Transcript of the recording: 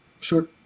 Sure